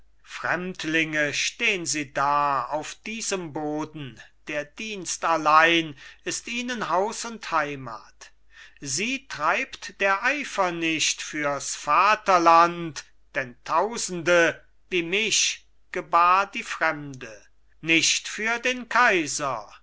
fremdlinge stehn sie da auf diesem boden der dienst allein ist ihnen haus und heimat sie treibt der eifer nicht fürs vaterland denn tausende wie mich gebar die fremde nicht für den kaiser